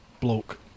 bloke